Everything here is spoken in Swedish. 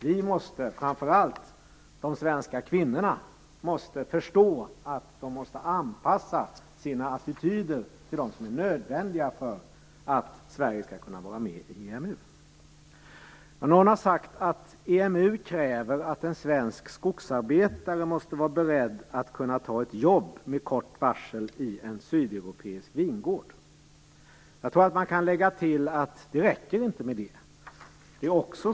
Vi, och framför allt de svenska kvinnorna, måste förstå att de måste anpassa sina attityder till sådana som är nödvändiga för att Sverige skall kunna vara med i EMU. Någon har sagt att EMU kräver att en svensk skogsarbetare måste vara beredd att med kort varsel ta ett jobb i en sydeuropeisk vingård. Man kan nog tilllägga att det inte räcker med det.